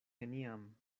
neniam